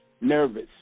nervous